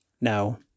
Now